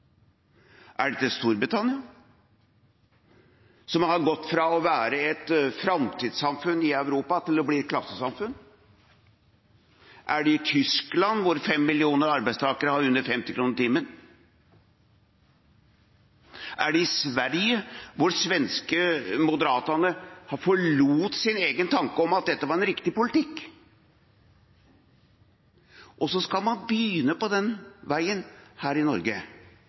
Er det til Storbritannia? Landet har gått fra å være et framtidssamfunn i Europa til å bli et klassesamfunn. Er det Tyskland de viser til? Der har 5 millioner arbeidstakere under 50 kr timen. Er det Sverige de viser til? De svenske Moderaterna forlot sin egen tanke om at dette var en riktig politikk. Så skal man begynne på den veien her i Norge.